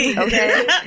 Okay